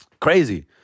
Crazy